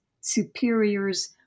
superiors